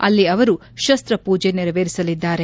ಅಲ್ಲಿ ಅವರು ಶಸ್ತ ಪೂಜೆ ನೆರವೆರಿಸಲಿದ್ದಾರೆ